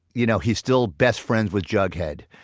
you know, he's still best friends with jughead.